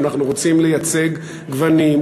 אנחנו רוצים לייצג גוונים,